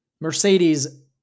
Mercedes